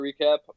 recap